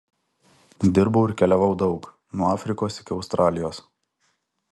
dirbau ir keliavau daug nuo afrikos iki australijos